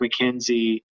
mckenzie